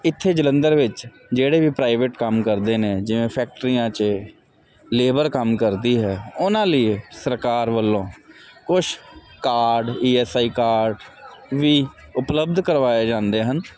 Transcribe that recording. ਇੱਥੇ ਜਲੰਧਰ ਵਿੱਚ ਜਿਹੜੇ ਵੀ ਪ੍ਰਾਈਵੇਟ ਕੰਮ ਕਰਦੇ ਨੇ ਜਿਵੇਂ ਫੈਕਟਰੀਆਂ 'ਚ ਲੇਬਰ ਕੰਮ ਕਰਦੀ ਹੈ ਉਹਨਾਂ ਲਈ ਇਹ ਸਰਕਾਰ ਵੱਲੋਂ ਕੁਛ card E S I card ਵੀ ਉਪਲਬਧ ਕਰਵਾਏ ਜਾਂਦੇ ਹਨ